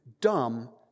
dumb